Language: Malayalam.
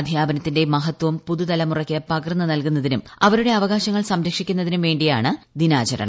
അധ്യാപനത്തിന്റെ മഹത്വം പുതുതലമുറയ്ക്ക് പകർന്ന് നൽകുന്നതിനും അവരുടെ അവകാശങ്ങൾ സംരക്ഷിക്കുന്നതിനു വേണ്ടിയുമാണ് ദിനാചരണം